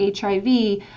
hiv